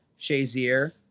Shazier